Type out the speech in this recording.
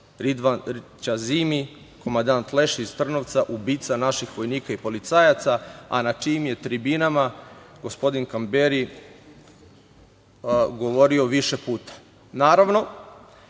Ridvan Ćazimi, komandant Leši iz Trnovca, ubica naših vojnika i policajaca, a na čijim je tribinama gospodin Kamberi govorio više